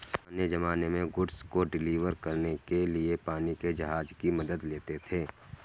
पुराने ज़माने में गुड्स को डिलीवर करने के लिए पानी के जहाज की मदद लेते थे